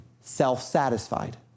self-satisfied